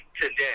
today